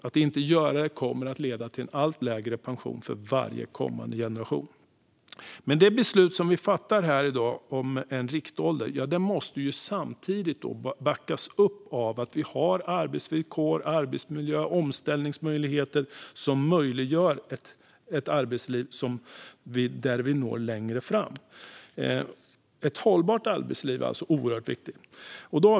Att inte göra det kommer att leda till en allt lägre pension för varje kommande generation. Men det beslut som vi fattar här i morgon om en riktålder måste samtidigt backas upp av att vi har arbetsvillkor, arbetsmiljö och omställningsmöjligheter som möjliggör ett arbetsliv där vi når längre fram. Ett hållbart arbetsliv är alltså oerhört viktigt.